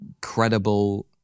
credible